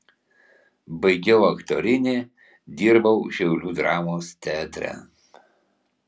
baigiau aktorinį dirbau šiaulių dramos teatre